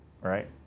right